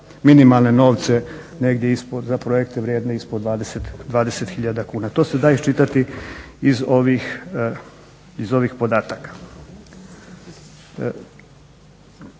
minimalne novce negdje ispod, za projekte vrijedne ispod 20 hiljada kuna. To se da iščitati iz ovih podataka.